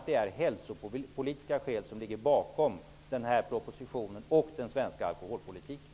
Det är hälsopolitiska skäl som ligger bakom propositionen och den svenska alkoholpolitiken.